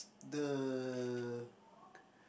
the